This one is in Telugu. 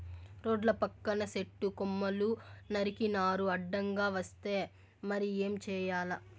రోడ్ల పక్కన సెట్టు కొమ్మలు నరికినారు అడ్డంగా వస్తే మరి ఏం చేయాల